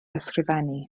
ysgrifennu